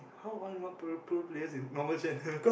how are not pro pro player in normal channel